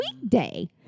weekday